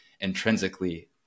intrinsically